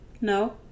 No